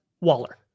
Waller